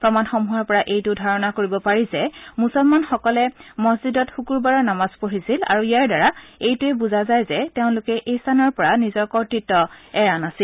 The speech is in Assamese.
প্ৰমাণসমূহৰ পৰা এইটো ধাৰণা কৰিব পাৰি যে মুছলমানসকলে মছজিদত শুকুৰবাৰৰ নামাজ পঢ়িছিল আৰু ইয়াৰ দ্বাৰা এইটোৱে বুজা যায় যে তেওঁলোকে সেই স্থানৰ পৰা নিজৰ কৰ্তৃত্ব এৰা নাছিল